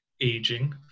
aging